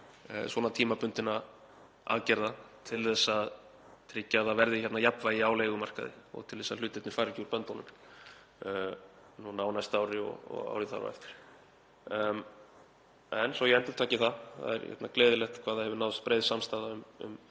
til tímabundinna aðgerða til að tryggja að það verði jafnvægi á leigumarkaði til þess að hlutirnir fari ekki úr böndunum á næsta ári og árið þar á eftir. En svo ég endurtaki það: Það er gleðilegt hvað það hefur náðst breið samstaða um